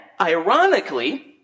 ironically